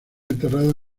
enterrados